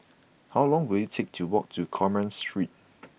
how long will it take to walk to Commerce Street